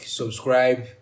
subscribe